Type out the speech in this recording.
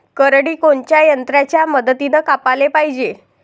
करडी कोनच्या यंत्राच्या मदतीनं कापाले पायजे?